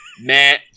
man